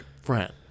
friend